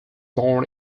born